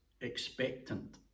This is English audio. expectant